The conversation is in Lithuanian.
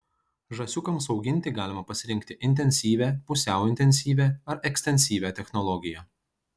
žąsiukams auginti galima pasirinkti intensyvią pusiau intensyvią ar ekstensyvią technologiją